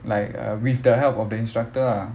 like uh with the help of the instructor ah